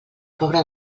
pobra